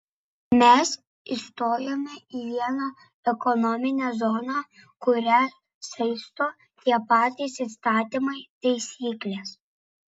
mes įstojome į vieną ekonominę zoną kurią saisto tie patys įstatymai taisyklės